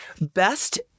Best